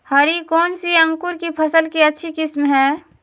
हरी कौन सी अंकुर की फसल के अच्छी किस्म है?